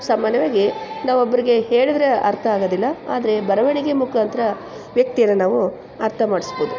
ಸಾಮಾನ್ಯವಾಗಿ ನಾವು ಒಬ್ಬರಿಗೆ ಹೇಳಿದರೆ ಅರ್ಥ ಆಗೋದಿಲ್ಲ ಆದರೆ ಬರವಣಿಗೆ ಮುಖಾಂತರ ವ್ಯಕ್ತಿಯನ್ನು ನಾವು ಅರ್ಥ ಮಾಡಿಸ್ಬೋದು